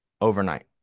overnight